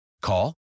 Call